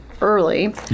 early